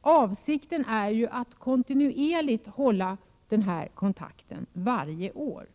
Avsikten är ju att föräldrarna kontinuerligt skall kunna hålla kontakt med barnomsorgen och skolan.